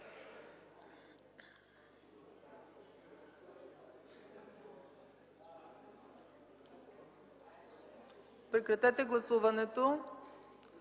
Прекратете гласуването,